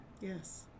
Yes